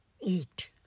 eat